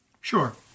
Sure